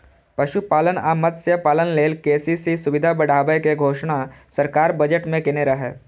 पशुपालन आ मत्स्यपालन लेल के.सी.सी सुविधा बढ़ाबै के घोषणा सरकार बजट मे केने रहै